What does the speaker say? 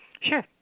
Sure